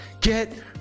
get